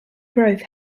growth